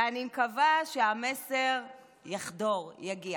ואני מקווה שהמסר יחדור, יגיע.